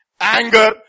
anger